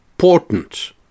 important